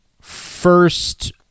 first